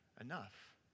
enough